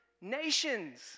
nations